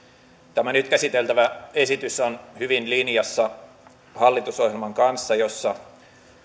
tämä nyt käsiteltävä esitys on hyvin linjassa hallitusohjelman kanssa jossa